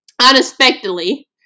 unexpectedly